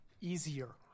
easier